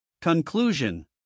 Conclusion